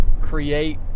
create